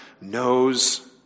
knows